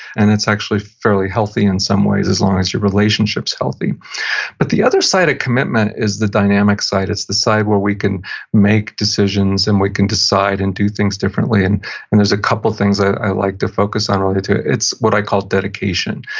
and it's actually fairly healthy in some ways as long as your relationship's healthy but the other side of commitment is the dynamic side. it's the side where we can make decisions, and we can decide and do things differently. and and there's a couple things that i like to focus on early too, it's what i call dedication.